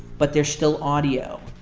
but there's still audio,